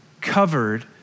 Covered